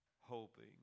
hoping